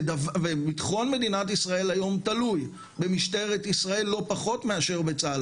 וביטחון מדינת ישראל היום תלוי במשטרת ישראל לא פחות מאשר בצה"ל.